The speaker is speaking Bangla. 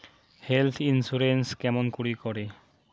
হেল্থ ইন্সুরেন্স কেমন করি করে?